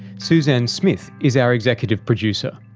suzanne smith is our executive producer,